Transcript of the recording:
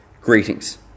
Greetings